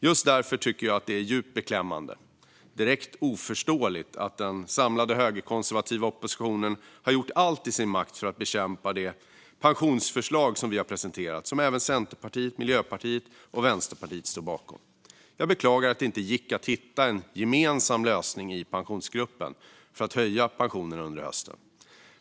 Just därför tycker jag att det är djupt beklämmande, direkt oförståeligt, att den samlade högerkonservativa oppositionen har gjort allt i sin makt för att bekämpa det pensionsförslag som vi har presenterat, som även Centerpartiet, Miljöpartiet och Vänsterpartiet står bakom. Jag beklagar att det inte gick att hitta en gemensam lösning i Pensionsgruppen för att höja pensionerna under hösten.